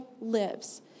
lives